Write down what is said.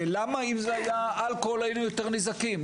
למה אם זה היה אלכוהול היינו יותר נזעקים?